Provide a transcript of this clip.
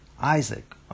Isaac